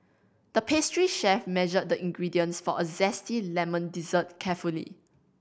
the pastry chef measured the ingredients for a zesty lemon dessert carefully